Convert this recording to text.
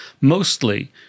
mostly